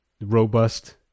robust